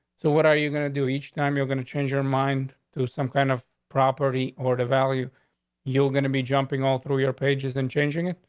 so what are you gonna do each time you're gonna change your mind to some kind of property or the value you're gonna be jumping all through your pages and changing it?